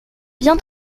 bien